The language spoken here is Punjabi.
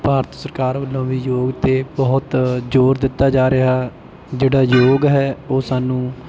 ਭਾਰਤ ਸਰਕਾਰ ਵੱਲੋਂ ਵੀ ਯੋਗ 'ਤੇ ਬਹੁਤ ਜ਼ੋਰ ਦਿੱਤਾ ਜਾ ਰਿਹਾ ਜਿਹੜਾ ਯੋਗ ਹੈ ਉਹ ਸਾਨੂੰ